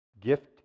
gift